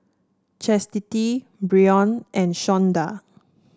Chastity Brion and Shawnda